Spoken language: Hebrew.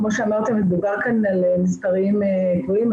כמו שאמרתם מדובר כאן על מספרים גבוהים,